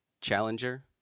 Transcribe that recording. Challenger